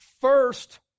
first